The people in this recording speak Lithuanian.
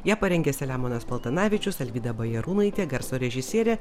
ją parengė selemonas paltanavičius alvyda bajarūnaitė garso režisierė